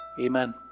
Amen